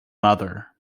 mother